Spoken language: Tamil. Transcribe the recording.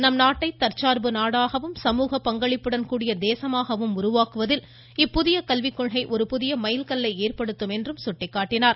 நம் நாட்டை தற்சார்பு நாடாகவும் சமூக பங்களிப்புடன் கூடிய தேசமாகவும் உருவாக்குவதில் புதிய கல்விக் கொள்கை ஒரு புதிய மைல் கல்லை ஏற்படுத்தும் என்றும் சுட்டிக்காட்டினார்